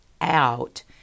out